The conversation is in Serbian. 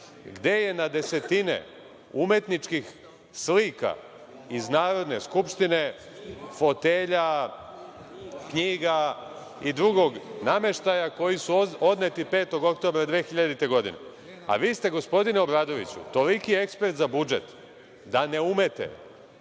gde je na desetine umetničkih slika iz Narodne skupštine, fotelja, knjiga i drugog nameštaja koji su odneti 5. oktobra 2000. godine.A vi ste gospodine Obradoviću, toliki ekspert za budžet da ne umete